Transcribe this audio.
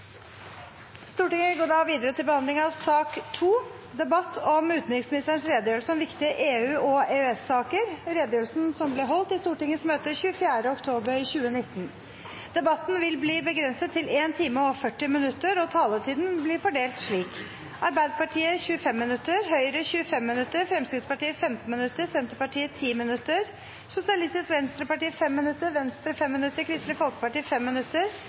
Debatten vil bli begrenset til 1 time og 40 minutter, og taletiden blir fordelt slik: Arbeiderpartiet 25 minutter, Høyre 25 minutter, Fremskrittspartiet 15 minutter, Senterpartiet 10 minutter, Sosialistisk Venstreparti 5 minutter, Venstre 5 minutter, Kristelig Folkeparti 5 minutter,